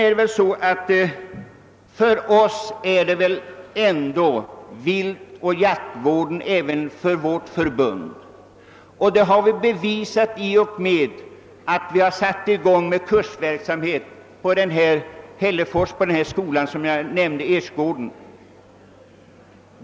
För oss gäller det ju först och främst ändå viltoch jaktvården, och det har vi bevisat genom vår kursverksamhet vid Karl-Ersgården utanför Hällefors.